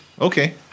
Okay